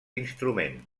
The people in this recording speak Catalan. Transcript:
instrument